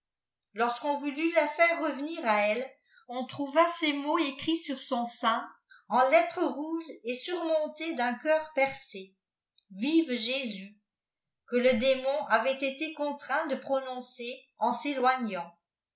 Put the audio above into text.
lorsqu'on toulut la faire revenir à elle on trouva ces mots éorits sur son sein en lettres rouges et surmontée d'ua cceur pereé ive jésus que le démon avait été contraint de prononcer en s'élomat